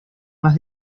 más